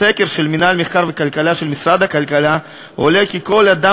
מסקר של מינהל מחקר וכלכלה במשרד הכלכלה עולה כי כל אדם